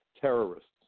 terrorists